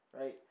right